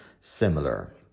similar